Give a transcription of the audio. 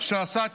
שעשה תרשומת.